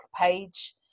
page